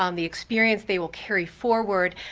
um the experience they will carry forward,